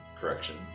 correction